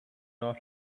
not